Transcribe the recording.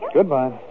Goodbye